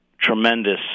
tremendous